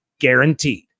guaranteed